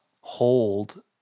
hold